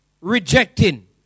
rejecting